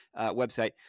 website